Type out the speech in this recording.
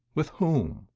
with whom?